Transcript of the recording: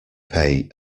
pay